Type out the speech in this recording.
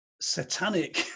satanic